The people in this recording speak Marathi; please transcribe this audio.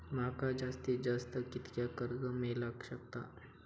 माका जास्तीत जास्त कितक्या कर्ज मेलाक शकता?